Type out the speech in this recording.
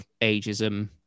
ageism